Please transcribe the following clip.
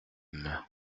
aime